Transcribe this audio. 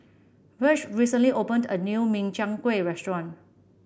Virge recently opened a new Min Chiang Kueh restaurant